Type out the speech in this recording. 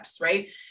right